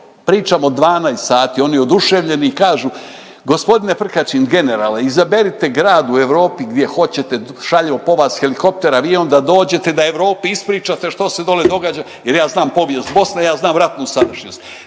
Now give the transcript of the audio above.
Pričamo 12 sati. Oni oduševljeni i kažu gospodine Prkačin, generale izaberite grad u Europi gdje hoćete, šaljemo po vas helikopter, avion da Europi ispričate što se dole događa, jer ja znam povijest Bosne, ja znam ratnu sadašnjost.